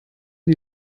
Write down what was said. die